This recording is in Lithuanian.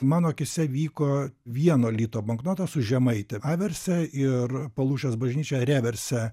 mano akyse vyko vieno lito banknoto su žemaite averse ir palūšės bažnyčia reverse